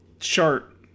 Chart